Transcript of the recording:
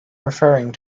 referring